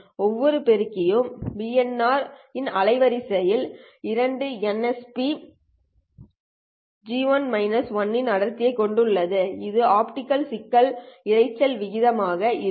ஒவ்வொரு பெருக்கி யும் BoptN இன் அலைவரிசையில் 2nsphν இன் அடர்த்தி கொண்டுள்ளது இது ஆப்டிகல் சிக்னல் இரைச்சல் விகிதம் ஆக இருக்கும்